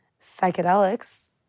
psychedelics